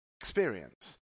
experience